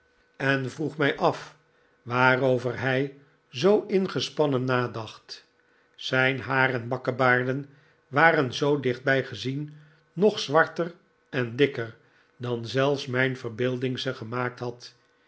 en vroeg mij af waarover hij zoo inges'pannen nadacht zijn haar en bakkebaarden waren zoo dichtbij gezien nog zwarter en dikker dan zelfs mijn verbeelding ze gemaakt had